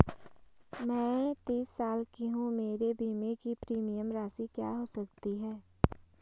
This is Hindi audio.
मैं तीस साल की हूँ मेरे बीमे की प्रीमियम राशि क्या हो सकती है?